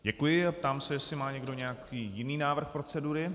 Děkuji a ptám se, jestli má někdo nějaký jiný návrh procedury.